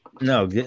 No